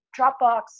Dropbox